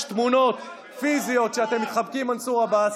יש תמונות פיזיות שאתם מתחבקים עם מנסור עבאס,